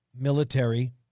military